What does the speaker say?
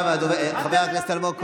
חבר הכנסת אלמוג כהן.